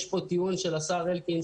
יש פה טיעון של השר אלקין,